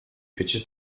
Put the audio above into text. fece